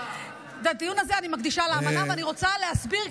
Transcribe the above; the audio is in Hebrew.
ואני רוצה להסביר,